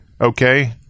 Okay